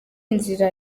inzira